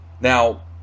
Now